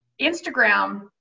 Instagram